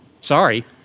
Sorry